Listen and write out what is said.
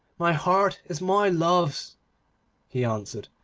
my heart is my love's he answered,